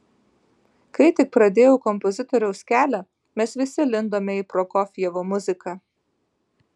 kai tik pradėjau kompozitoriaus kelią mes visi lindome į prokofjevo muziką